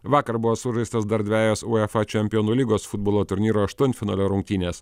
vakar buvo sužaistos dar dvejos uefa čempionų lygos futbolo turnyro aštuntfinalio rungtynės